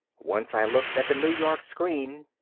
once i looked at the new york screen,